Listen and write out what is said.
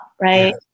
right